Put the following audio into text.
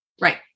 Right